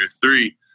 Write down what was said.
three